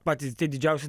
patys tie didžiausi